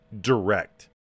direct